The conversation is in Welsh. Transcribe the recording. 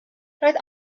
roedd